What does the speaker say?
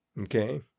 Okay